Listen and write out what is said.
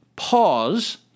Pause